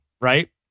Right